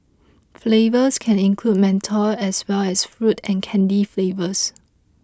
flavours can include menthol as well as fruit and candy flavours